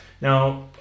Now